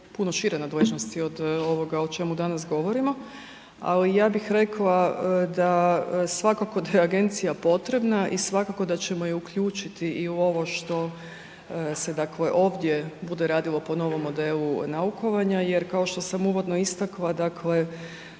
puno šire nadležnosti od ovoga o čemu danas govorimo. Ali ja bih rekla da svakako da je agencija potrebna i svakako da ćemo je uključiti i u ovo što se dakle ovdje bude radilo po novom modelu naukovanja. Jer kao što sam uvodno istakla, dakle